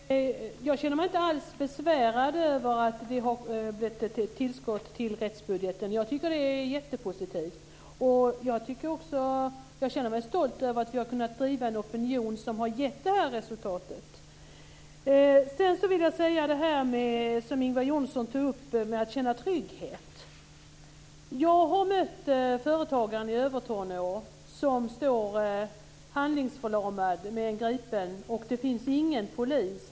Fru talman! Jag känner mig inte alls besvärad över att det har blivit ett tillskott till rättsbudgeten - jag tycker att det är jättepositivt. Jag känner mig stolt över att vi har kunnat driva en opinion som har gett det resultatet. Ingvar Johnsson tog upp detta med att känna trygghet. Jag har mött företagaren i Övertorneå som står handlingsförlamad med en gripen och det finns inte någon polis.